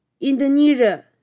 Indonesia